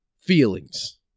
feelings